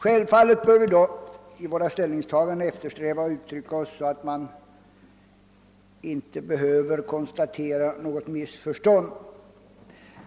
Självfallet bör vi dock i våra ställningstaganden eftersträva att uttrycka oss så att missförstånd inte behöver uppstå.